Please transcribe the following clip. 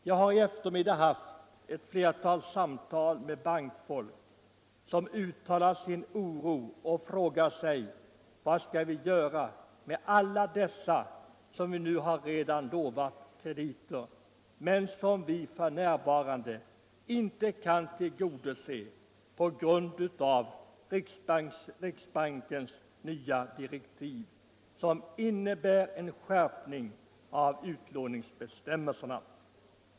Jag har i eftermiddag haft flera samtal med bankfolk som uttalat sin oro och frågat: Vad skall vi göra med alla dessa människor som redan lovats krediter om vi nu inte kan få låna ut pengar på grund av riksbankens nya direktiv, som innebär en skärpning av utlåningsbestämmelserna?